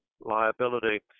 liability